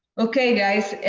okay, guys,